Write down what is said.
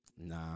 Nah